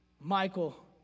Michael